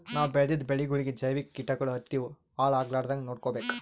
ನಾವ್ ಬೆಳೆದಿದ್ದ ಬೆಳಿಗೊಳಿಗಿ ಜೈವಿಕ್ ಕೀಟಗಳು ಹತ್ತಿ ಹಾಳ್ ಆಗಲಾರದಂಗ್ ನೊಡ್ಕೊಬೇಕ್